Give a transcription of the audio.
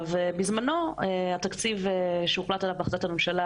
בזמנו התקציב שהוחלט עליו בהחלטת הממשלה